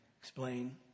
explain